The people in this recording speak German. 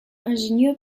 ingenieur